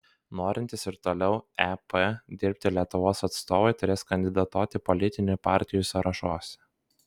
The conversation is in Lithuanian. norintys ir toliau ep dirbti lietuvos atstovai turės kandidatuoti politinių partijų sąrašuose